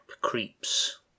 creeps